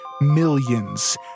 millions